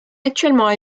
actuellement